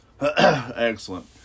Excellent